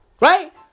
right